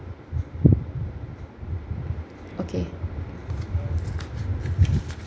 okay